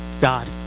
God